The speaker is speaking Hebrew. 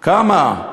כמה?